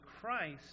Christ